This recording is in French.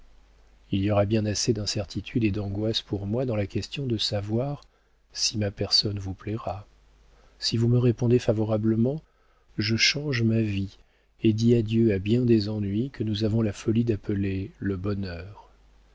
il y aura bien assez d'incertitudes et d'angoisses pour moi dans la question de savoir si ma personne vous plaira si vous me répondez favorablement je change ma vie et dis adieu à bien des ennuis que nous avons la folie d'appeler le bonheur